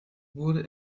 wurde